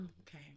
okay